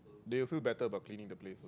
they will feel better about cleaning the place